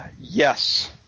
Yes